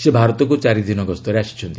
ସେ ଭାରତକୁ ଚାରି ଦିନ ଗସ୍ତରେ ଆସିଛନ୍ତି